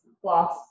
plus